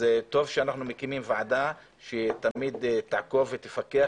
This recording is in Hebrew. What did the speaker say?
טוב שאנחנו מקימים ועדה שתעקוב ותפקח,